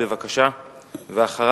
ואחריו,